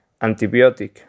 Antibiotic